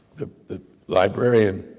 the the librarian,